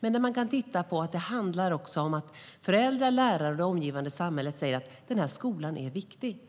Men man kan se att det också handlar om att föräldrar, lärare och det omgivande samhället säger: Den här skolan är viktig.